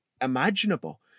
imaginable